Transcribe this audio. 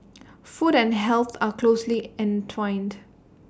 food and health are closely entwined